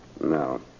No